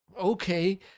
Okay